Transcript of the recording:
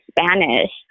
Spanish